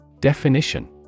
Definition